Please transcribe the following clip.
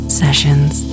sessions